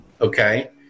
okay